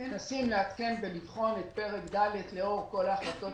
עכשיו מנסים לעדכן ולבחון את פרק ד' לאור ההחלטות